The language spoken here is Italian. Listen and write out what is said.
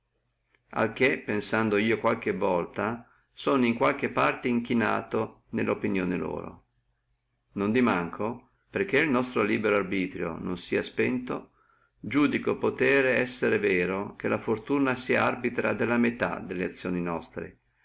a che pensando io qualche volta sono in qualche parte inclinato nella opinione loro non di manco perché el nostro libero arbitrio non sia spento iudico potere essere vero che la fortuna sia arbitra della metà delle azioni nostre